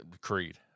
Creed